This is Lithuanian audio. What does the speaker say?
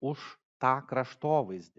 už tą kraštovaizdį